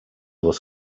was